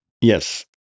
Yes